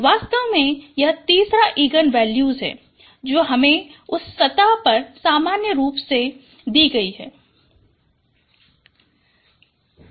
वास्तव में यह तीसरा इगन वैल्यूज है जो हमें उस सतह पर सामान्य रूप में दी गयी है देंगे